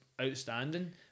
outstanding